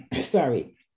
sorry